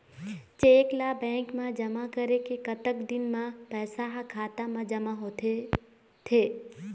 Cheque ला bank मा जमा करे के कतक दिन मा पैसा हा खाता मा जमा होथे थे?